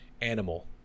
animal